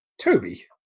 Toby